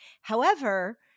However-